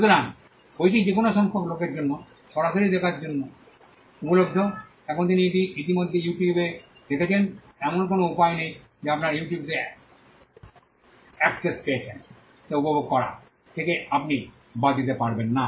সুতরাং বইটি যে কোনও সংখ্যক লোকের জন্য সরাসরি দেখার জন্য উপলব্ধ এখন তিনি এটি ইতিমধ্যে ইউ টিউবটিতে রেখেছেন এমন কোনও উপায় নেই যা আপনার ইউ টিউবটিতে অ্যান্সেস পেয়েছেন তা উপভোগ করা থেকে আপনি বাদ দিতে পারবেন না